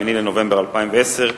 8 בנובמבר 2010,